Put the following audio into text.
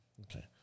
Okay